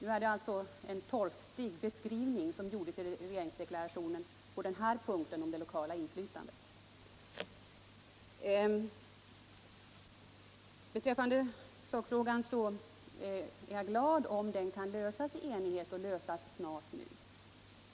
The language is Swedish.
Ungdomarna själva har uppenbarligen inte fått den information om de rättsregler som gäller på arbetsmarknaden som är nödvändig för att bemöta sådana missvisande uppgifter.